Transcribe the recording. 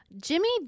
Jimmy